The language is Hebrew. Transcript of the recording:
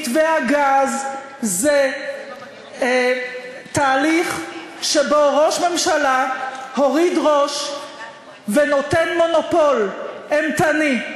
מתווה הגז זה תהליך שבו ראש ממשלה הוריד ראש ונותן מונופול אימתני,